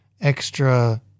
extra